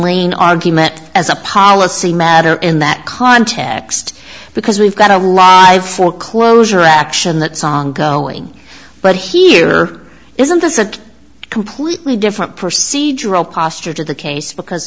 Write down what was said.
rain argument as a policy matter in that context because we've got a live foreclosure action that song going but here isn't this a completely different procedure all posture to the case because